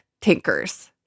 Tinkers